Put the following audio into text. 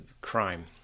crime